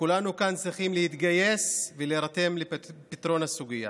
וכולנו כאן צריכים להתגייס ולהירתם לפתרון הסוגיה.